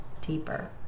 deeper